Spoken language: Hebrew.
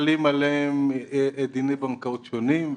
חלים עליהם דינים במקורות שונים.